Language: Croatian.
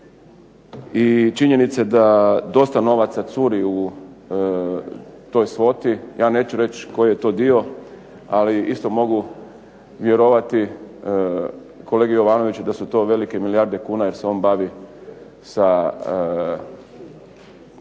i činjenice da dosta novaca curi u toj svoti, ja neću reći koji je to dio, ali isto mogu vjerovati kolegi Jovanoviću da su to velike milijarde kuna jer se on bavi sa,